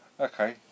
Okay